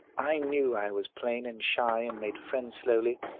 i knew i was plain and shy, and made friends slowly.